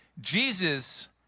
Jesus